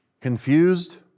confused